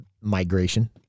migration